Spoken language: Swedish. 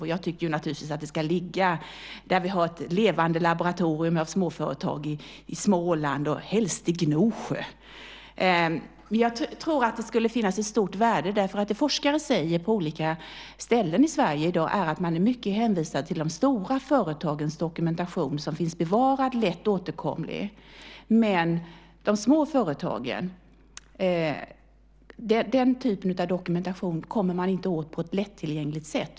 Och jag tycker naturligtvis att det ska ligga där vi har ett levande laboratorium av småföretag, i Småland, helst i Gnosjö. Jag tror att det skulle finnas ett stort värde i detta, därför att det forskarna säger på olika ställen i Sverige i dag är att man är mycket hänvisad till de stora företagens dokumentation som finns bevarad lätt åtkomligt. Men den typen av dokumentation som gäller de små företagen kommer man inte åt på ett lättillgängligt sätt.